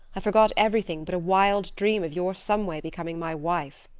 i forgot everything but a wild dream of your some way becoming my wife.